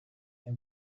they